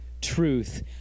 truth